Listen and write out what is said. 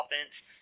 offense